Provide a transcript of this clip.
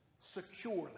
securely